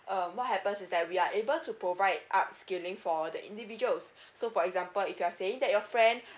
uh what happens is that we are able to provide up skilling for the individual's so for example if you're saying that your friend